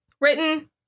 Written